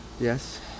Yes